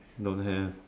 don't have